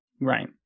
Right